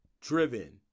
driven